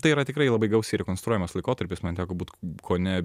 tai yra tikrai labai gausiai rekonstruojamas laikotarpis man teko būt kone